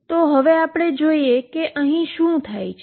તો અહીં શું થાય છે